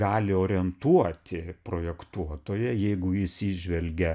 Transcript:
gali orientuoti projektuotoją jeigu jis įžvelgia